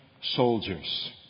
soldiers